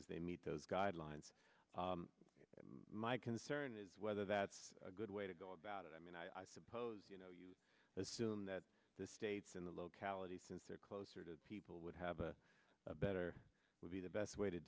as they meet those guidelines and my concern is whether that's a good way to go about it i mean i suppose you know you assume that the states in the locality since they're closer to people would have a better would be the best way to